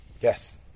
Yes